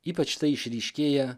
ypač tai išryškėja